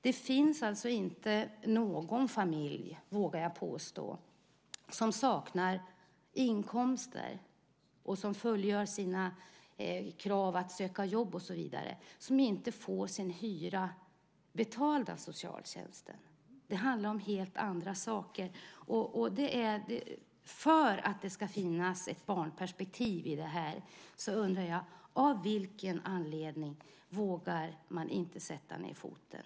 Det finns alltså inte någon familj - vågar jag påstå - som saknar inkomster och som fullgör sina krav på att söka jobb och så vidare som inte får sin hyra betald av socialtjänsten. Det handlar om helt andra saker. Med tanke på att det ska finnas ett barnperspektiv i det här undrar jag: Av vilken anledning vågar man inte sätta ned foten?